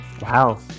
Wow